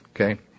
Okay